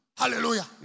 Hallelujah